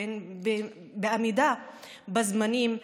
והן העמידה בזמנים,